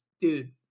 Dude